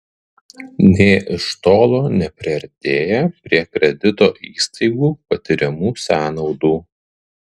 nė iš tolo nepriartėja prie kredito įstaigų patiriamų sąnaudų